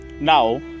Now